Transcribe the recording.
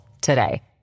today